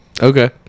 okay